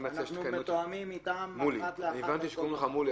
אנחנו מתואמים איתם אחת לאחת על כל דבר.